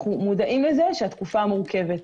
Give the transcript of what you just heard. אנו מודעים לכך שהתקופה מורכבת.